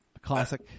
Classic